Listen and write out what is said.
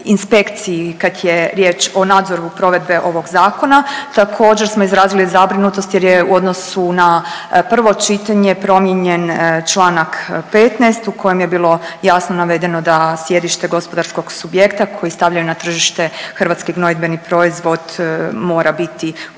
inspekciji kad je riječ o nadzoru provedbe ovog zakona. Također smo izrazili zabrinutost jer je u odnosu na prvo čitanje promijenjen čl. 15. u kojem je bilo jasno navedeno da sjedište gospodarskog subjekta koji stavljaju na tržište hrvatski gnojidbeni proizvod mora biti u